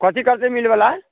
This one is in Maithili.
कथी करतै मीलबला